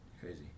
Crazy